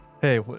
hey